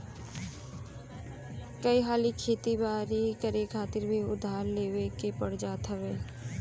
कई हाली खेती बारी करे खातिर भी उधार लेवे के पड़ जात हवे